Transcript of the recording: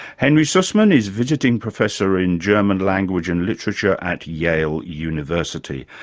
henry sussman is visiting professor in german language and literature at yale university.